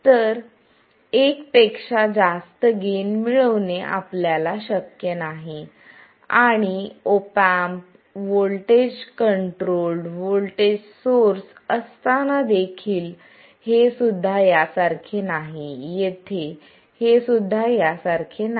तर एक पेक्षा जास्त गेन मिळवणे आपल्याला शक्य नाही आणि op amp voltage controlled voltage source असताना देखील हे सुद्धा यासारखे नाही येथे हे सुद्धा यासारखे नाही